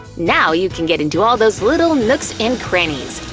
now you can get into all those little nooks and crannies.